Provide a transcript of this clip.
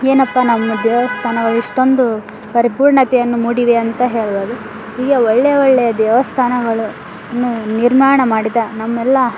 ಏನಪ್ಪ ನಮ್ಮ ದೇವಸ್ಥಾನಗಳು ಇಷ್ಟೊಂದು ಪರಿಪೂರ್ಣತೆಯನ್ನು ಮೂಡಿವೆ ಅಂತ ಹೇಳ್ಬೋದು ಹೀಗೆ ಒಳ್ಳೆ ಒಳ್ಳೆಯ ದೇವಸ್ಥಾನಗಳನ್ನು ನಿರ್ಮಾಣ ಮಾಡಿದ ನಮ್ಮೆಲ್ಲ